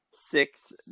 Six